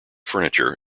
furniture